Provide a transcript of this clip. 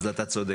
אז אתה צודק.